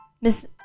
miss